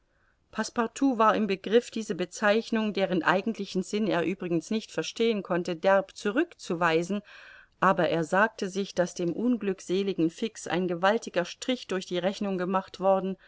war im begriff diese bezeichnung deren eigentlichen sinn er übrigens nicht verstehen konnte derb zurückzuweisen aber er sagte sich daß dem unglückseligen fix ein gewaltiger strich durch die rechnung gemacht worden